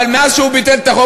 אבל מאז שהוא ביטל את החוק,